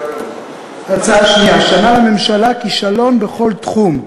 הצעה שנייה: שנה לממשלה, כישלון בכל תחום.